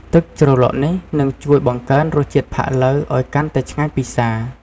ទឹកជ្រលក់នេះនឹងជួយបង្កើនរសជាតិផាក់ឡូវឱ្យកាន់តែឆ្ងាញ់ពិសា។